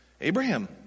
Abraham